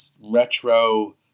retro